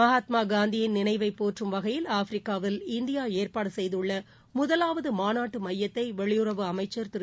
மகாத்மாகாந்தியின் நினைவைப் போற்றும் வகையில் ஆஃப்ரிக்காவில் இந்தியா ஏற்பாடு செய்துள்ள முதலாவது மாநாட்டு மையத்தை வெளியுறவு அமைச்சர் திரு